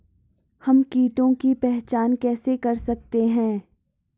हम कीटों की पहचान कैसे कर सकते हैं?